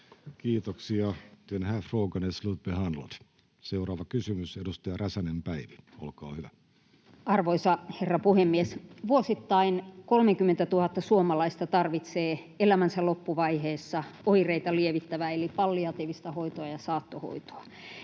saattohoidon kehittämisestä (Päivi Räsänen kd) Time: 16:55 Content: Arvoisa herra puhemies! Vuosittain 30 000 suomalaista tarvitsee elämänsä loppuvaiheessa oireita lievittävää eli palliatiivista hoitoa ja saattohoitoa,